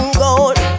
gold